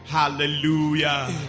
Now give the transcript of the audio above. Hallelujah